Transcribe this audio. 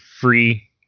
free